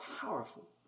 powerful